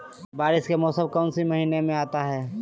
बारिस के मौसम कौन सी महीने में आता है?